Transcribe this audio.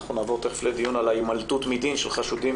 אנחנו נעבור תכף לדיון על הימלטות מדין של חשודים